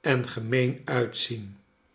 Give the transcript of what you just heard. en gemeen uitzien